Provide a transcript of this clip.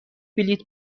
بلیط